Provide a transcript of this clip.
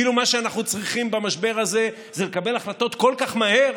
כאילו מה שאנחנו צריכים במשבר הזה זה לקבל החלטות כל כך מהר,